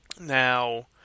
Now